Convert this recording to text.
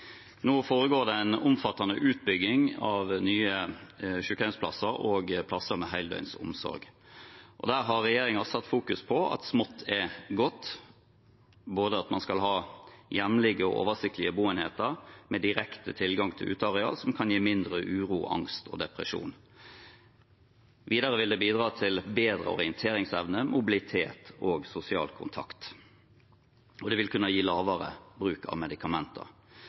Nå foregår det en omfattende utbygging av nye sykehjemsplasser og plasser med heldøgns omsorg. Der har regjeringen satt fokus på at smått er godt, at man skal ha hjemlige og oversiktlige boenheter med direkte tilgang til uteareal, noe som kan gi mindre uro, angst og depresjoner. Videre vil det bidra til bedre orienteringsevne, mobilitet og sosial kontakt, og det vil kunne gi lavere bruk av medikamenter.